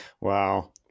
Wow